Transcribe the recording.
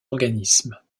organismes